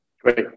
Great